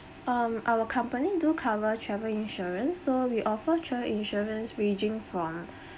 um our company do cover travel insurance so we offer travel insurance ranging from